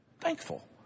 thankful